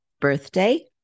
birthday